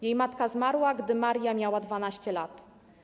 Jej matka zmarła, gdy Maria miała 12 lat.